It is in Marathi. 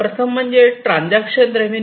प्रथम म्हणजे ट्रांजेक्शन रेवेन्यू